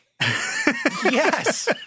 Yes